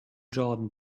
jordan